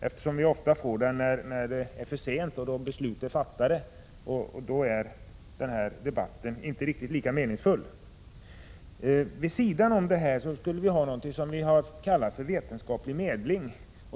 I dag får vi ofta viktig information när det är för sent och besluten redan är fattade. Då är denna debatt inte lika meningsfull. Vid sidan härav skulle man ha något som vi kallar vetenskaplig medling.